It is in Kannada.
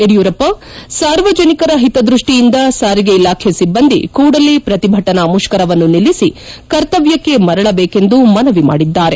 ಯಡಿಯೂರಪ್ಪ ಸಾರ್ವಜನಿಕರ ಹಿತದೃಷ್ಷಿಯಿಂದ ಸಾರಿಗೆ ಇಲಾಖೆ ಸಿಬ್ಬಂದಿ ಕೂಡಲೇ ಪ್ರತಿಭಟನಾ ಮುಷ್ತರವನ್ನು ನಿಲ್ಲಿಸಿ ಕರ್ತವ್ಲಕ್ಷೆ ಮರಳಬೇಕೆಂದು ಮನವಿ ಮಾಡಿದ್ದಾರೆ